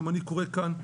גם אני קורא כאן,